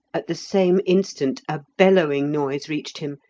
at the same instant a bellowing noise reached him,